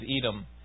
Edom